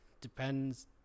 depends